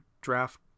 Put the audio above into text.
draft